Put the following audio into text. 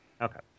Okay